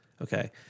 Okay